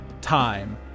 time